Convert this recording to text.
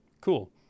Cool